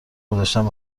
گذشتم